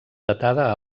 datada